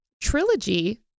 trilogy